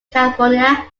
california